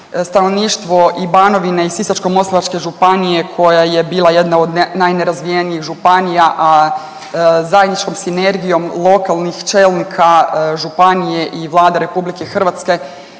stanovništvo i Banovine i Sisačko-moslavačke županije koja je bila jedna od najnerazvijenijih županija, a zajedničkom sinergijom lokalnih čelnika županije i Vlade RH mogu sa